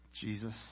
Jesus